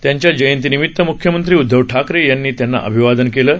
त्यांच्या जयंतीनिमीत म्ख्यमंत्री उद्धव ठाकरे यांनी त्यांना अभिवादन केलं आहे